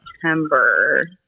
September